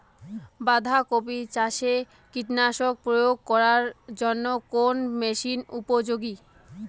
বাঁধা কপি চাষে কীটনাশক প্রয়োগ করার জন্য কোন মেশিন উপযোগী?